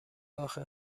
آخه